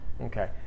Okay